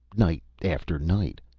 night after night.